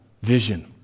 vision